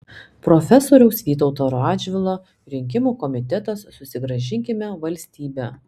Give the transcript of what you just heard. profesoriaus vytauto radžvilo rinkimų komitetas susigrąžinkime valstybę